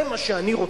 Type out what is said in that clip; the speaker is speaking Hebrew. זה מה שאני רוצה.